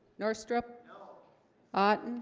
north strip ah